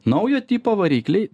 naujo tipo varikliai